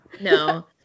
No